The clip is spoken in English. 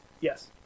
Yes